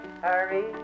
hurry